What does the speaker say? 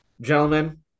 gentlemen